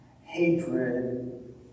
hatred